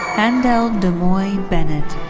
handel demoye bennett.